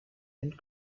and